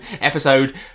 episode